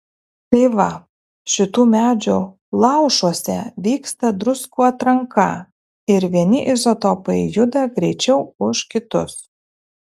tai va šitų medžių plaušuose vyksta druskų atranka ir vieni izotopai juda greičiau už kitus